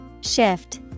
Shift